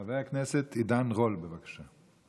חבר הכנסת עידן רול, בבקשה.